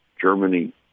Germany